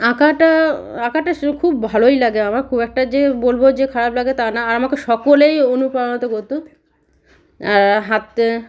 আঁকাটা আঁকাটা সে খুব ভালোই লাগে আমার খুব একটা যে বলবো যে খারাপ লাগে তা না আর আমাকে সকলেই অনুপ্রাণিত করতো আর হাতে